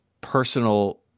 personal